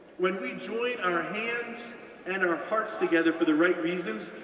when we join our hands and our hearts together for the right reasons,